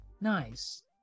Nice